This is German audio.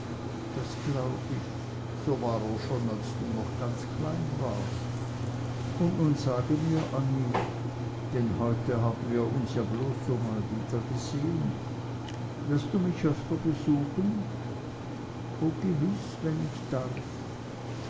das glaub ich so war er schon als du noch ganz klein warst und nun sage mir annie denn heute haben wir uns ja bloß so mal wiedergesehen wirst du mich öfter besuchen o gewiß wenn ich darf